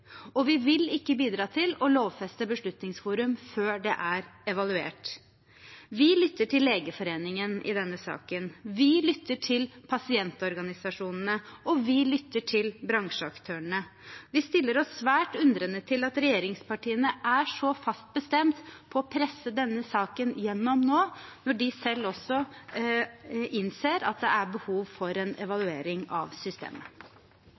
og vi vil ikke bidra til å lovfeste Beslutningsforum før det er evaluert. Vi lytter til Legeforeningen i denne saken, vi lytter til pasientorganisasjonene, og vi lytter til bransjeaktørene. Vi stiller oss svært undrende til at regjeringspartiene er så fast bestemt på å presse denne saken gjennom nå, når de selv også innser at det er behov for en evaluering av systemet.